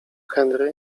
henry